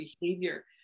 behavior